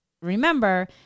remember